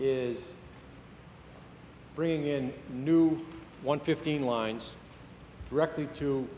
is bring in a new one fifteen lines directly to